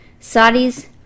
Saudis